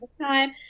time